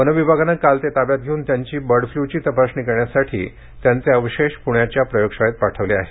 one विभागाने काल ते ताब्यात घेऊन त्यांची बर्ड फ्लूची तपासणी करण्यासाठी त्यांचे अवशेष पुण्याच्या प्रयोगशाळेत पाठवले आहेत